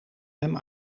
hem